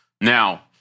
Now